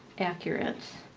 accurate